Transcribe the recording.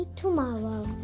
tomorrow